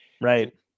Right